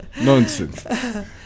Nonsense